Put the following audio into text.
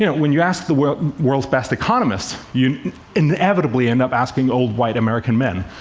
yeah when you ask the world's world's best economists, you inevitably end up asking old, white american men.